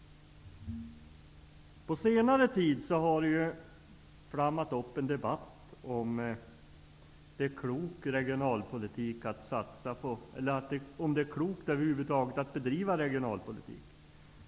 På senare tid har en debatt om huruvida det är klokt att över huvud taget bedriva regionalpolitik flammat upp.